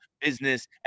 business